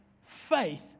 faith